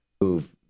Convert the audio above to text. who've